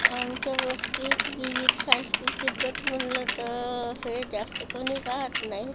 आमच्या वस्तीत विविध सांस्कृतिक गट म्हटलं तर सगळ्यात जास्त कोणी राहात नाही